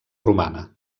romana